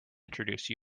introduce